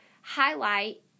highlight